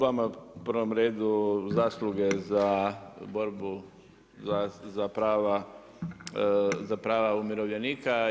Vama u prvom redu zasluge za borbu za prava umirovljenika.